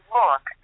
look